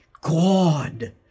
God